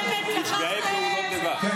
גם, בפעם הקודמת דפקתם את הנכים, את,